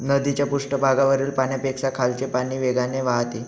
नदीच्या पृष्ठभागावरील पाण्यापेक्षा खालचे पाणी वेगाने वाहते